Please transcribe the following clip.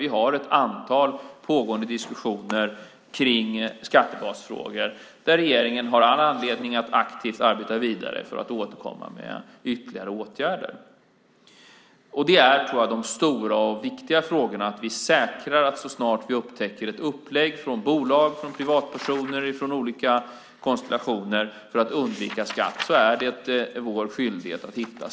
Vi har ett antal pågående diskussioner om skattebasfrågor där regeringen har all anledning att aktivt arbeta vidare för att återkomma med ytterligare åtgärder. De stora och viktiga frågorna är att vi säkrar sätt att så snart vi upptäcker ett upplägg hos bolag, privatpersoner eller olika konstellationer att undvika skatt att motverka detta.